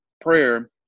prayer